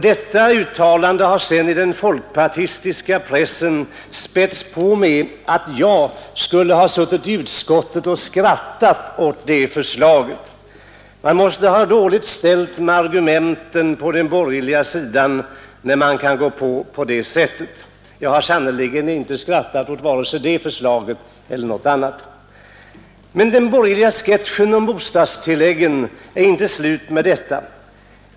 Detta uttalande har senare i den folkpartistiska pressen spätts på med att jag skulle ha suttit i utskottet och skrattat åt det förslaget. Man måste ha det dåligt ställt med de sakliga argumenten på den borgerliga sidan när man kan gå på på det sättet. Jag har sannerligen inte skrattat åt vare sig det förslaget eller något annat. Men den borgerliga sketchen om bostadstilläggen är inte slut med detta.